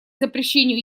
запрещению